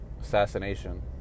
assassination